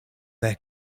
there